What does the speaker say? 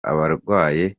abarwaye